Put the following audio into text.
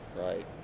Right